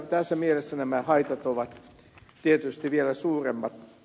tässä mielessä nämä haitat ovat tietysti vielä suuremmat